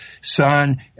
son